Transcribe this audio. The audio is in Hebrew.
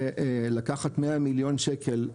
לקחת מאה מיליון שקל,